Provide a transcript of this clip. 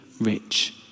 rich